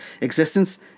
existence